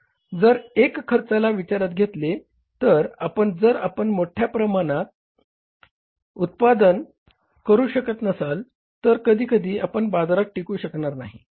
म्हणून जर एकूण खर्चाला विचारात घेतले तर आपण जर आपण मोठ्या प्रमाणात उत्पादन तयार करू शकत नसाल तर कधीकधी आपण बाजारात टिकू शकणार नाही